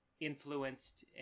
influenced